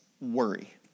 worry